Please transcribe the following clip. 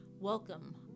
Welcome